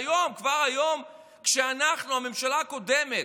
והיום, כבר היום, אחרי שאנחנו, הממשלה הקודמת,